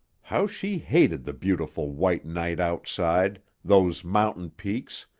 how she hated the beautiful white night outside, those mountain peaks,